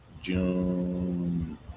June